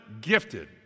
gifted